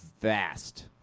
vast